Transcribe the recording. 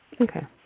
Okay